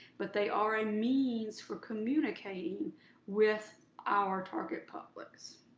but they are a means for communicating with our target publics.